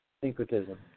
syncretism